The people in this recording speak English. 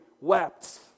wept